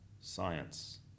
science